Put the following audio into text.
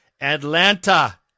Atlanta